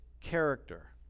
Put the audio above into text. character